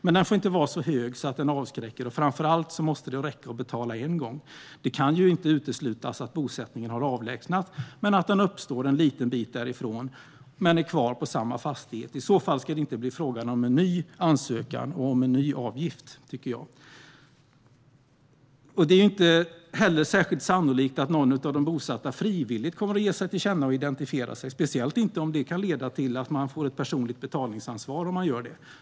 Men den får inte vara så hög att den avskräcker, och framför allt måste det räcka att betala en gång. Det kan ju inte uteslutas att bosättningen har avlägsnats men uppstår en liten bit bort på samma fastighet. I så fall ska det inte, tycker jag, bli frågan om en ny ansökan och en ny avgift. Det är inte särskilt sannolikt att någon av de bosatta frivilligt kommer att ge sig till känna och identifiera sig, speciellt inte om detta kan leda till att man får ett personligt betalningsansvar.